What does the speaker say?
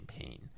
campaign